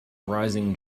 rising